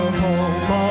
home